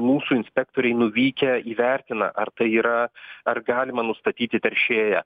mūsų inspektoriai nuvykę įvertina ar tai yra ar galima nustatyti teršėją